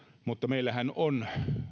mutta meillähän on